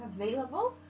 available